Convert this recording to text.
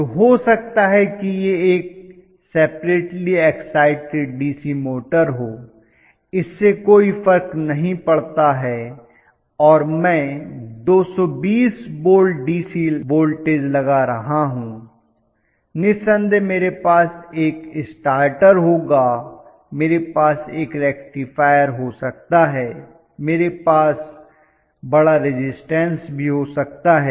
तो हो सकता है कि यह एक सेप्रट्ली इक्साइटिड डीसी मोटर हो इससे कोई फर्क नहीं पड़ता है और मैं 220 वोल्ट डीसी वोल्टेज लगा रहा हूं निस्सन्देह मेरे पास एक स्टार्टर होगा मेरे पास एक रेक्टिफायर हो सकता है मेरे पास बड़ा रिज़िस्टन्स भी हो सकता है